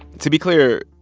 to be clear,